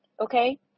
Okay